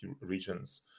regions